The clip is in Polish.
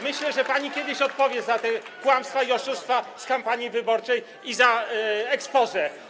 Myślę, że pani kiedyś odpowie za te kłamstwa i oszustwa z kampanii wyborczej i exposé.